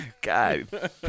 God